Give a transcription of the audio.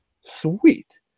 Sweet